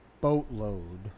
boatload